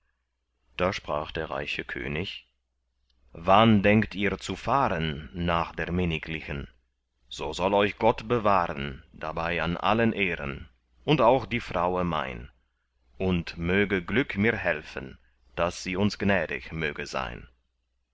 da sprach der reiche könig wann denkt ihr zu fahren nach der minniglichen so soll euch gott bewahren dabei an allen ehren und auch die fraue mein und möge glück mir helfen daß sie uns gnädig möge sein